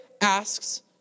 asks